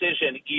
decision